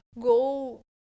go